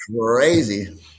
crazy